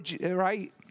right